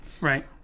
Right